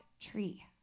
tree